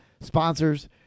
sponsors